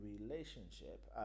relationship